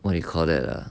what do you call that lah